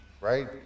right